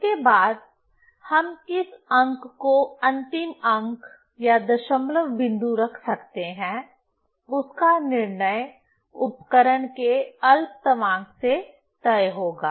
इसके बाद हम किस अंक को अंतिम अंक या दशमलव बिंदु रख सकते हैं उसका निर्णय उपकरण के अल्पतमांक से तय होगा